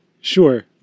Sure